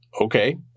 Okay